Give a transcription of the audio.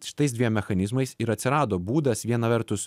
šitais dviem mechanizmais ir atsirado būdas viena vertus